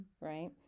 right